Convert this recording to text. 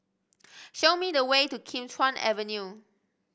show me the way to Kim Chuan Avenue